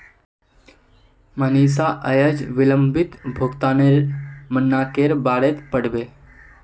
मनीषा अयेज विलंबित भुगतानेर मनाक्केर बारेत पढ़बे